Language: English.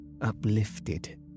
uplifted